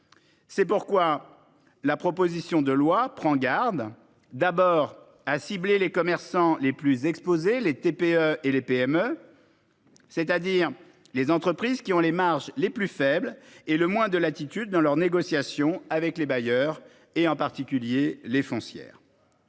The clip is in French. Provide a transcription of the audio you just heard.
au travers de la proposition de loi, nous avons pris garde à cibler les commerçants les plus exposés, à savoir les TPE et les PME, c'est-à-dire les entreprises qui ont les marges les plus faibles et le moins de latitude dans leurs négociations avec les bailleurs, en particulier avec les foncières.